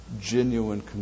genuine